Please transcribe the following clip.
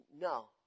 No